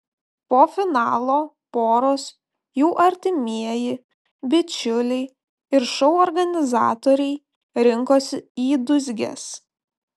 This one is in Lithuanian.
po finalo poros jų artimieji bičiuliai ir šou organizatoriai rinkosi į dūzges